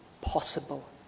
possible